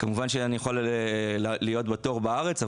אני יכול להיות בתור בארץ,